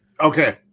Okay